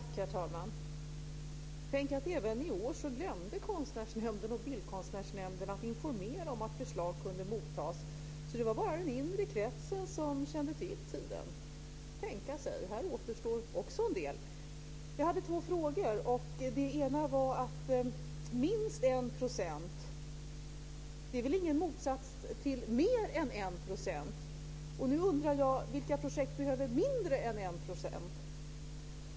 Herr talman! Tänk att även i år glömde Konstnärsnämnden och Bildkonstnärsnämnden att informera om att förslag kunde mottas! Så det var bara den inre kretsen som kände till tiden. Tänka sig! Här återstår också en del. Jag hade två frågor. Den ena gällde "minst 1 %". Det är väl ingen motsats till "mer än 1 %". Nu undrar jag: Vilka projekt behöver mindre än 1 %?